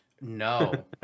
No